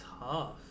tough